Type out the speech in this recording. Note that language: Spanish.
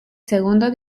segundo